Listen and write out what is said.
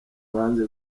banze